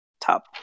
top